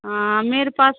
हाँ मेरे पास